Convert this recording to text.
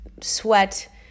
sweat